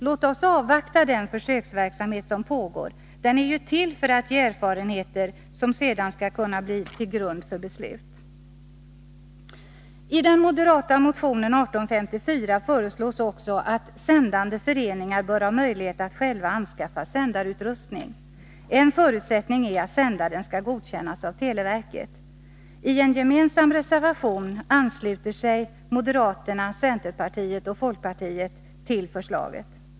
Låt oss avvakta den försöksverksamhet som pågår; den är ju till för att ge erfarenheter som sedan skall kunna ligga till grund för beslut. I den moderata motionen 1854 föreslås också att sändande föreningar bör ha möjlighet att själva anskaffa sändarutrustning. En förutsättning är att sändaren skall godkännas av televerket. I en gemensam reservation ansluter sig moderaterna, centerpartiet och folkpartiet till förslaget.